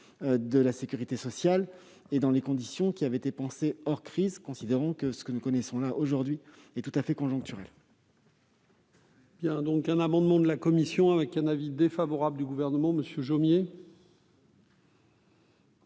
de la sécurité sociale, dans les conditions qui avaient été pensées hors crise, considérant que ce que nous connaissons aujourd'hui est tout à fait conjoncturel.